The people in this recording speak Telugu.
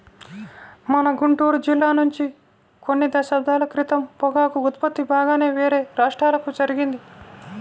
మన గుంటూరు జిల్లా నుంచి కొన్ని దశాబ్దాల క్రితం పొగాకు ఉత్పత్తి బాగానే వేరే రాష్ట్రాలకు జరిగింది